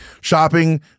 Shopping